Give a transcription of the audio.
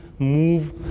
move